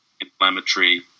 inflammatory